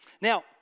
Now